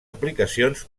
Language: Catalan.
aplicacions